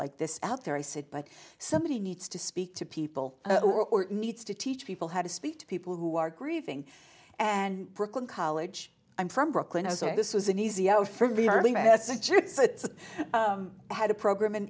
like this out there i said but somebody needs to speak to people or needs to teach people how to speak to people who are grieving and brooklyn college i'm from brooklyn and so this was an easy out for me early massachusetts had a program